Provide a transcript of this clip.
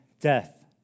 death